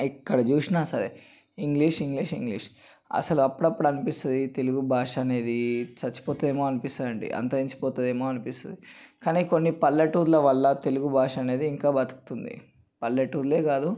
ఎక్కడ చూసినా సరే ఇంగ్లీషు ఇంగ్లీషు ఇంగ్లీషు అసలు అప్పుడప్పుడు అనిపిస్తుంది తెలుగుభాష అనేది చచ్చిపోతుందేమో అనిపిస్తుంది అంతరించిపోతుందేమో అనిపిస్తుంది కానీ కొన్ని పల్లెటూరలవల్ల తెలుగుభాష అనేది ఇంకా బతుకుతుంది పల్లెటూరులే కాదు